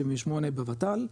78 בוות"ל,